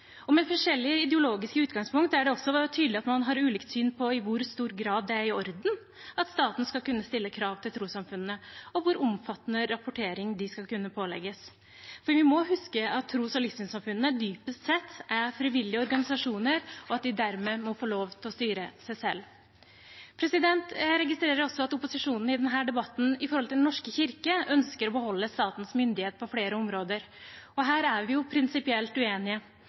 Med forskjellig ideologisk utgangspunkt er det også tydelig at man har ulikt syn på i hvor stor grad det er i orden at staten skal kunne stille krav til trossamfunnene, og hvor omfattende rapportering de skal kunne pålegges. For vi må huske at tros- og livssynssamfunnene dypest sett er frivillige organisasjoner, og at de dermed må få lov til å styre seg selv. Jeg registrerer også i debatten at opposisjonen når det gjelder Den norske kirke, ønsker å beholde statens myndighet på flere områder. Her er vi prinsipielt uenige.